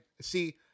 see